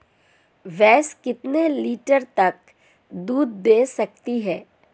भैंस कितने लीटर तक दूध दे सकती है?